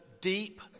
deep